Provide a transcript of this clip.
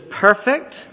perfect